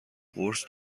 قرص